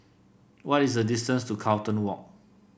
what is the distance to Carlton Walk